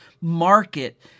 market